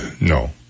No